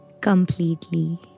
completely